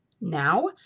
now